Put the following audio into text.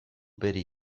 bere